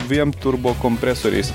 dviem turbokompresoriais